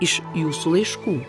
iš jūsų laiškų